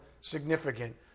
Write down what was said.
significant